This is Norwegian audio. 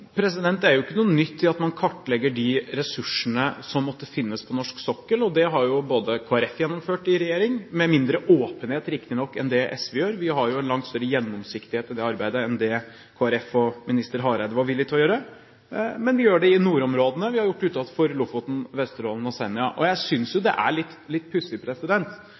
Det er jo ikke noe nytt at man kartlegger de ressursene som måtte finnes på norsk sokkel. Det har jo Kristelig Folkeparti gjennomført i regjering – med mindre åpenhet, riktignok, enn det SV gjør, vi har jo en langt større gjennomsiktighet i det arbeidet enn det Kristelig Folkeparti og minister Hareide var villig til å ha. Men vi gjør det i nordområdene, og vi har gjort det utenfor Lofoten, Vesterålen og Senja. Jeg synes jo det er litt pussig